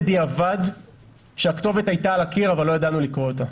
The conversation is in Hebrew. בדיעבד שהכתובת הייתה על הקיר אבל לא ידענו לקרוא אותה.